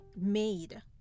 made